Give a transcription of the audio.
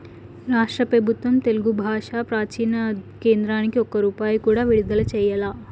రాష్ట్ర పెబుత్వం తెలుగు బాషా ప్రాచీన కేంద్రానికి ఒక్క రూపాయి కూడా విడుదల చెయ్యలా